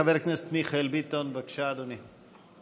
חבר הכנסת מיכאל ביטון, בבקשה, אדוני.